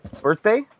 birthday